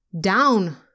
Down